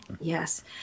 yes